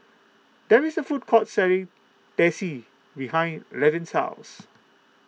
there is a food court selling Teh C behind Levin's house